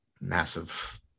massive